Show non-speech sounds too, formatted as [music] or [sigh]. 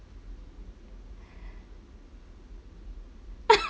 [laughs]